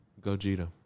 Gogeta